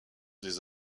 des